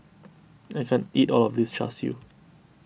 I can't eat all of this Char Siu